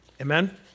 Amen